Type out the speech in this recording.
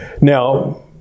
Now